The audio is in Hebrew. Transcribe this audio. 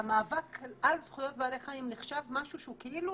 המאבק על זכויות בעלי חיים נחשב משהו שהוא כאילו